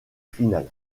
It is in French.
finale